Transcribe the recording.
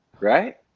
right